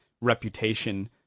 reputation